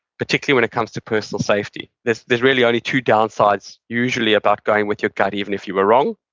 particularly when it comes to personal safety. there's there's really only two downsides usually about going with you gut even if you were wrong.